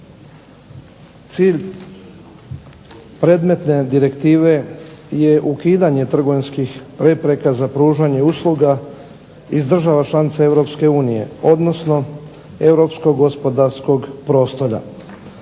Cilj predmetne direktive je ukidanje trgovinskih prepreka za pružanje usluga iz država članica Europske unije odnosno europskog gospodarskog prostora.